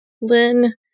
Lynn